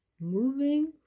moving